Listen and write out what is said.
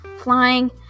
flying